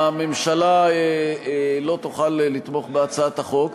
הממשלה לא תוכל לתמוך בהצעת החוק,